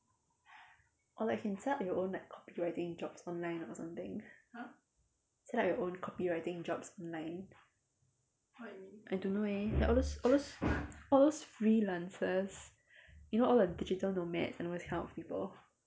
or like you can start your own like copywriting jobs online or something set up your own copywriting jobs online I don't know eh like all those all those all those freelancers you know all the digital nomads and all those kinds of people